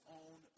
own